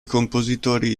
compositori